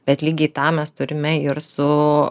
bet lygiai tą mes turime ir su